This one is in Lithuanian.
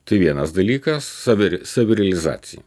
tai vienas dalykas savirealizacija